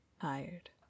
tired